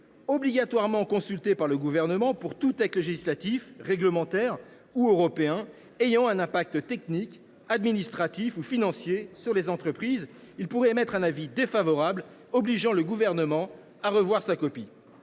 obligatoirement consulté par le Gouvernement pour tout texte législatif, réglementaire ou européen ayant un impact technique, administratif ou financier sur les entreprises, il pourrait émettre un avis défavorable obligeant le Gouvernement à revoir sa copie.